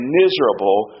miserable